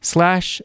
Slash